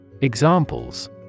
Examples